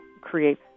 create